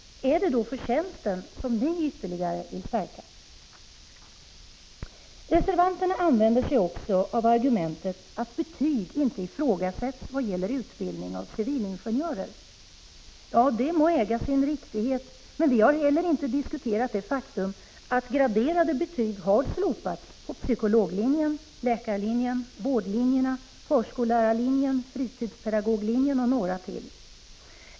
Är det förtjänsten som ni vill stärka ytterligare? Reservanterna använder sig också av argumentet att betyg inte ifrågasätts vad gäller utbildning av civilingenjörer. Det må äga sin riktighet, men vi har heller inte diskuterat det faktum att graderade betyg har slopats på psykologlinjen, läkarlinjen, vårdlinjerna, förskollärarlinjen, fritidspedagoglinjen och några till.